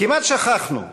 כמעט שכחנו,